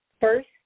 first